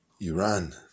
Iran